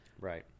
Right